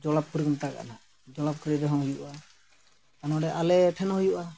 ᱡᱚᱲᱟᱯᱩᱠᱷᱨᱤ ᱠᱚ ᱢᱮᱛᱟᱜᱟᱜ ᱠᱟᱱᱟ ᱡᱚᱲᱟ ᱯᱩᱠᱷᱨᱤ ᱨᱮᱦᱚᱸ ᱦᱩᱭᱩᱜᱼᱟ ᱟᱨ ᱱᱚᱰᱮ ᱟᱞᱮ ᱴᱷᱮᱱ ᱦᱩᱭᱩᱜᱼᱟ